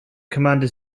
commander